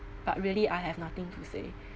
but really I have nothing to say